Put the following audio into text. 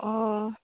অঁ